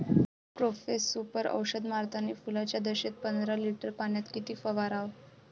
Profex Super औषध मारतानी फुलाच्या दशेत पंदरा लिटर पाण्यात किती फवाराव?